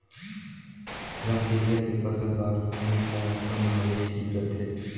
रमकेलिया के फसल बार कोन सा मौसम हवे ठीक रथे?